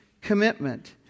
commitment